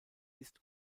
ist